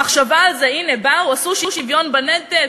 המחשבה על זה, הנה באו, עשו שוויון בנטל.